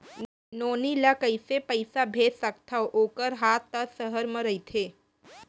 नोनी ल कइसे पइसा भेज सकथव वोकर हा त सहर म रइथे?